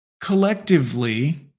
collectively